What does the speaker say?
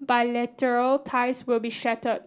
bilateral ties will be shattered